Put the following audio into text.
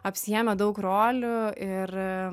apsiėmę daug rolių ir